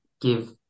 give